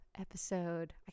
episode